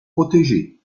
protégée